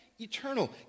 eternal